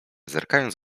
zerkając